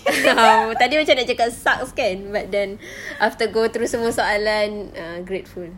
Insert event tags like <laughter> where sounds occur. <laughs> tadi macam nak cakap sucks kan but then <breath> after go through semua soalan ah grateful